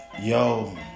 Yo